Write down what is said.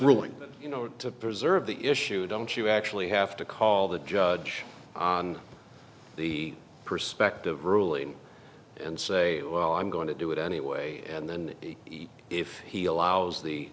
ruling you know to preserve the issue don't you actually have to call the judge on the prospective ruling and say well i'm going to do it anyway and then if he allows the